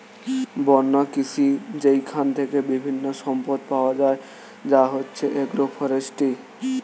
বন্য কৃষি যেইখান থেকে বিভিন্ন সম্পদ পাওয়া যায় যা হচ্ছে এগ্রো ফরেষ্ট্রী